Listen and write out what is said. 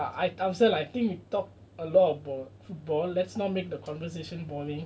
okay ah I was there lah I think we talk a lot of about football let's not make the conversation boring